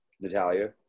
Natalia